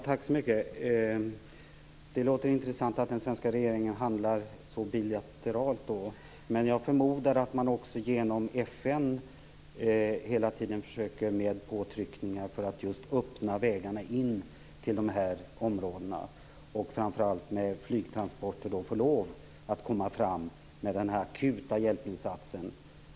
Fru talman! Det låter intressant att den svenska regeringen handlar på det här viset bilateralt. Jag förmodar dock att man också genom FN hela tiden försöker med påtryckningar just för att öppna vägarna in till dessa områden, framför allt att få lov att komma fram med flygtransporter med den här akuta hjälpinsatsen.